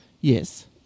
Yes